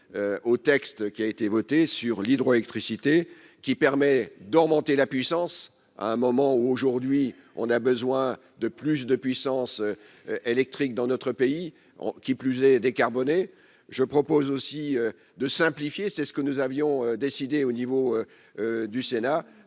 au texte qui a été votée sur l'hydroélectricité qui permet d'augmenter la puissance à un moment où aujourd'hui on a besoin de plus de puissance électrique dans notre pays, qui plus est décarbonnées je propose aussi de simplifier, c'est ce que nous avions décidé au niveau du sénat